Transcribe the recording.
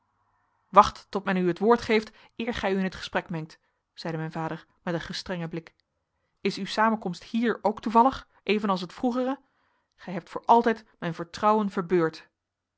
wacht tot men u het woord geeft eer gij u in het gesprek mengt zeide mijn vader met een gestrengen blik is uw samenkomst hier ook toevallig evenals al het vroegere gij hebt voor altijd mijn vertrouwen